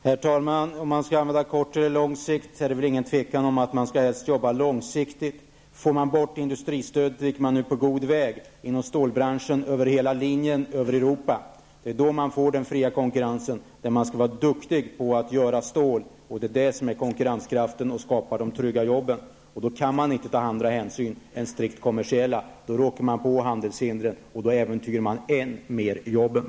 Herr talman! Det råder väl inget tvivel om att man helst skall jobba långsiktigt. Får man bort industristödet -- och där är man på god väg -- inom stålbranschen inom hela Europa, får man den fria konkurrensen. Att vara duktig på att göra stål innebär att man kan konkurrera och skapa de trygga jobben. Men då kan man inte ta andra hänsyn än strikt kommersiella. Annars råkar man på handelshinder och då äventyrar man jobben än mer.